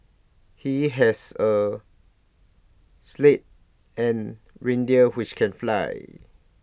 he has A sleigh and reindeer which can fly